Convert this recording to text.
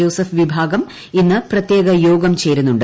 Joseph വിഭാഗം ഇന്ന് പ്രത്യേക യോഗം ചേരുന്നുണ്ട്